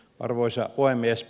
arvoisa puhemies